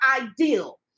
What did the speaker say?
ideal